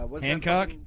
Hancock